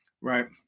right